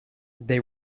they